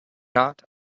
not